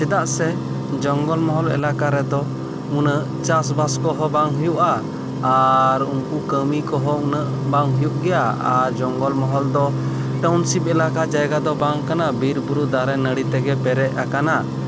ᱪᱮᱫᱟᱜ ᱥᱮ ᱡᱚᱝᱜᱚᱞ ᱢᱚᱦᱚᱞ ᱮᱞᱟᱠᱟ ᱨᱮᱫᱚ ᱩᱱᱟᱹᱜ ᱪᱟᱥᱼᱵᱟᱥ ᱠᱚᱦᱚᱸ ᱵᱟᱝ ᱦᱩᱭᱩᱜᱼᱟ ᱟᱨ ᱩᱱᱠᱩ ᱠᱟᱹᱢᱤ ᱠᱚᱦᱚᱸ ᱩᱱᱟᱹᱜ ᱵᱟᱝ ᱦᱩᱭᱩᱜ ᱜᱮᱭᱟ ᱟᱨ ᱡᱚᱝᱜᱚᱞ ᱢᱚᱦᱚᱞ ᱫᱚ ᱴᱟᱣᱩᱱᱥᱤᱯ ᱮᱞᱟᱠᱟ ᱡᱟᱭᱜᱟ ᱫᱚ ᱵᱟᱝ ᱠᱟᱱᱟ ᱵᱤᱨᱵᱩᱨᱩ ᱫᱟᱨᱮᱱᱟᱹᱲᱤ ᱛᱮᱜᱮ ᱯᱮᱨᱮᱪ ᱟᱠᱟᱱᱟ